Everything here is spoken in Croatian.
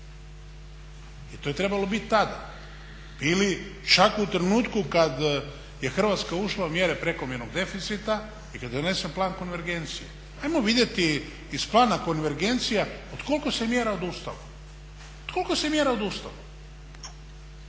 I to je trebalo biti tada ili čak u trenutku kad je Hrvatska ušla u mjere prekomjernog deficita i kad je donesen plan konvergencije. Ajmo vidjeti iz plana konvergencija od koliko se mjera odustalo, od koliko se mjera odustalo.